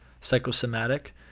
psychosomatic